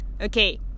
Okay